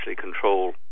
control